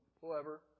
whoever